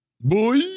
Boy